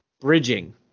bridging